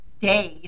days